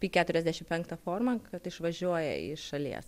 p keturiasdešim penktą formą kad išvažiuoja iš šalies